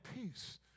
peace